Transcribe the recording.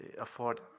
afford